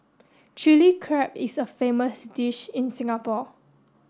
Chilli Crab is a famous dish in Singapore